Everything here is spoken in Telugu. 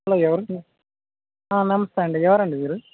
హలో ఎవరండి నమస్తే అండి ఎవరండి మీరు